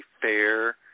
fair